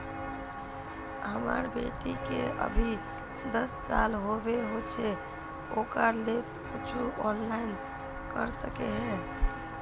हमर बेटी के अभी दस साल होबे होचे ओकरा ले कुछ ऑनलाइन कर सके है?